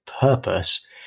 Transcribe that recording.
purpose